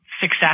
success